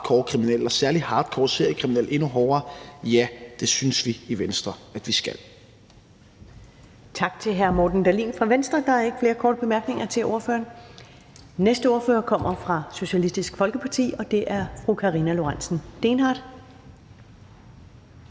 kriminelle og særlig hardcore seriekriminelle endnu hårdere? Ja, det synes vi i Venstre at vi skal.